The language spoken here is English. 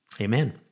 Amen